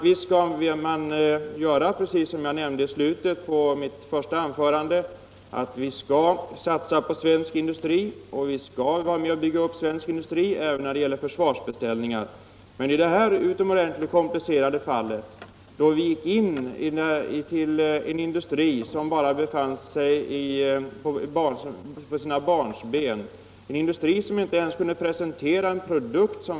Visst skall vi — som jag nämnde i slutet av mitt första anförande — satsa på att bygga upp svensk industri, även när det gäller försvarsbeställningar, men det här är ändå ett utomordentligt komplicerat fall. Vi gick ju in med order till en industri som ännu befann sig i barnaåren, en industri som inte kunde presentera en användbar produkt.